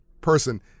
person